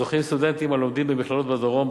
זוכים סטודנטים הלומדים במכללות בדרום,